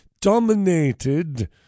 Dominated